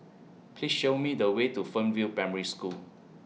Please Show Me The Way to Fernvale Primary School